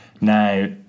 Now